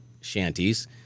shanties